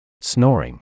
snoring